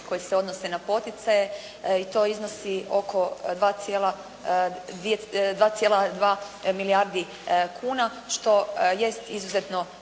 koji se odnose na poticaje i to iznosi oko 2,2 milijardi kuna što jest izuzetno